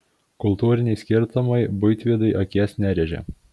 kultūriniai skirtumai buitvidui akies nerėžė